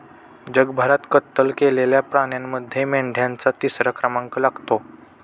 जगभरात कत्तल केलेल्या प्राण्यांमध्ये मेंढ्यांचा तिसरा क्रमांक लागतो